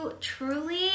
truly